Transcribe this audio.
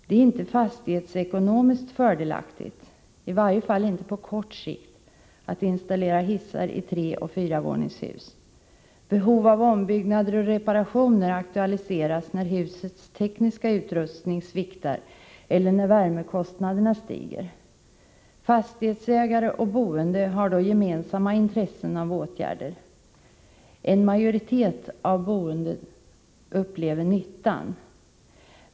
Det är inte fastighetsekonomiskt fördelaktigt, i varje fall inte på kort sikt, att installera hissar i treoch fyravåningshus. Behov av ombyggnader och reparationer aktualiseras när husets tekniska utrustning sviktar eller när värmekostnaderna stiger. Fastighetsägare och boende har gemensamma intressen av åtgärder. En majoritet av boende upplever nyttan.